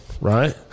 right